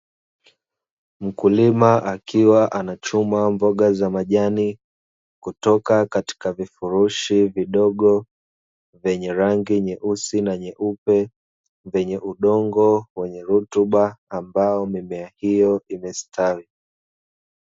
Mkulima akiwa anachuma mboga za majani kutoka katika vifurushi vidogo vyenye rangi nyeusi na nyeupe vyenye udongo wenye rutuba ambao mimea hiyo imestawi.